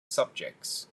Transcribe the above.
subjects